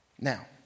Now